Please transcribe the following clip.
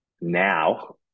now